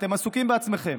אתם עסוקים בעצמכם.